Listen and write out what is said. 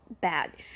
bad